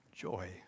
Joy